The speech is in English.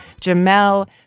Jamel